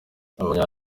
abanya